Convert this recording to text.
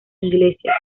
iglesias